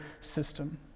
system